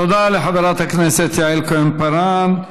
תודה לחברת הכנסת יעל כהן-פארן.